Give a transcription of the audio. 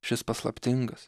šis paslaptingas